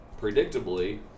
predictably